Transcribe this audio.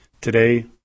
Today